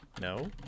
no